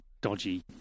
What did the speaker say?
dodgy